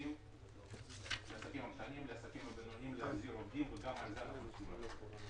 לעסקים קטנים ובינוניים להחזיר עובדים וגם על זה צריכים לחשוב.